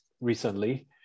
recently